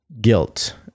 guilt